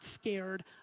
scared